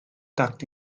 tucked